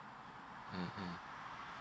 mmhmm